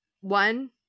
one